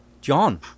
John